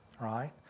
right